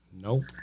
Nope